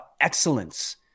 excellence